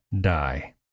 die